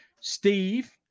Steve